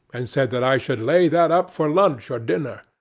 and said that i should lay that up for lunch or dinner.